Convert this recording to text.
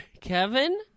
kevin